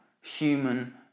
human